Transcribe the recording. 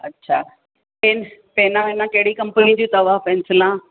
अच्छा पेन्स पेनां वेनां कहिड़ी कंपिनियूं जूं अथव पेंसिलां